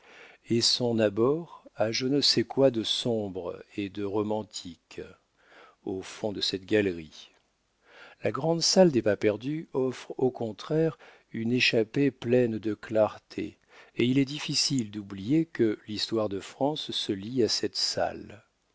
et son abord a je ne sais quoi de sombre et de romantique au fond de cette galerie la grande salle des pas-perdus offre au contraire une échappée pleine de clartés et il est difficile d'oublier que l'histoire de france se lie à cette salle